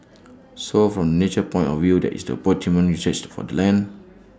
so from the nature point of view that is the optimum usage for the land